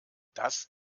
das